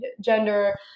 gender